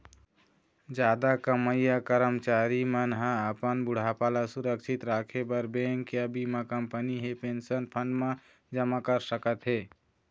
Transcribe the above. जादा कमईया करमचारी मन ह अपन बुढ़ापा ल सुरक्छित राखे बर बेंक या बीमा कंपनी हे पेंशन फंड म जमा कर सकत हे